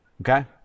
Okay